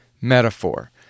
metaphor